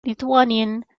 lithuanian